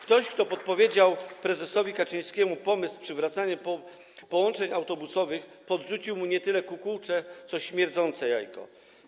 Ktoś, kto podpowiedział prezesowi Kaczyńskiemu pomysł przywracania połączeń autobusowych, podrzucił mu nie tyle kukułcze, co śmierdzące jajko.